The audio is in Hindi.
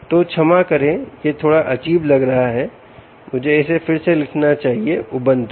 तो क्षमा करें यह थोड़ा अजीब लग रहा है मुझे इसे फिर से लिखना चाहिए ubuntu